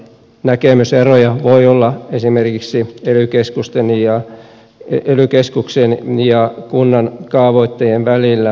näkemyseroja voi olla esimerkiksi ely keskuksen ja kunnan kaavoittajien välillä